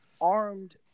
armed